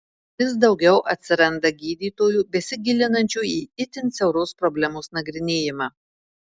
vis daugiau atsiranda gydytojų besigilinančių į itin siauros problemos nagrinėjimą